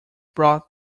brought